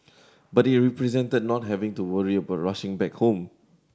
but it represented not having to worry about rushing back home